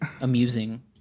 amusing